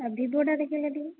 ଆଉ ଭିବୋଟା ଦେଖାଇଲେ ଟିକିଏ